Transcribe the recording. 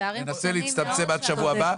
ננסה להצטמצם עד שבוע הבא.